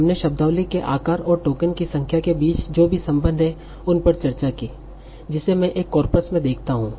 हमने शब्दावली के आकार और टोकन की संख्या के बीच जो भी संबंध हैं उन पर चर्चा की जिसे मैं एक कॉर्पस में देखता हूं